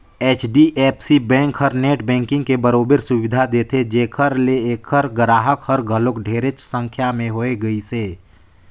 HDFC bank हर net banking के बरोबर सुबिधा देथे जेखर ले ऐखर गराहक हर घलो ढेरेच संख्या में होए गइसे